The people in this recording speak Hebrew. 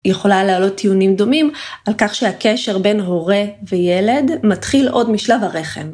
יכולה להעלות טיעונים דומים על כך שהקשר בין הורה וילד מתחיל עוד משלב הרחם.